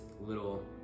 little